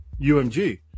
UMG